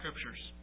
Scriptures